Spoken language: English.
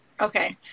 Okay